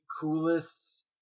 coolest